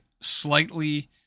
slightly